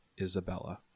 Isabella